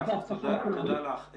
תודה לך.